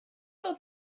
oedd